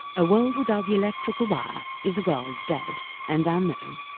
a world without the electrical wire is a world dead and unknown.